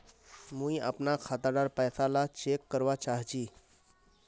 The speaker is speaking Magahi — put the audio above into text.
मुई अपना खाता डार पैसा ला चेक करवा चाहची?